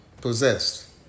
possessed